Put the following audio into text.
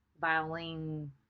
violin